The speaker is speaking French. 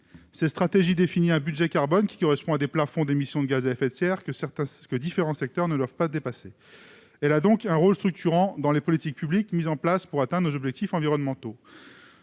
Cette stratégie définit un budget carbone correspondant à des plafonds d'émission de gaz à effet de serre, que différents secteurs ne doivent pas dépasser. Elle a donc un rôle structurant dans les politiques publiques mises en place pour atteindre nos objectifs environnementaux.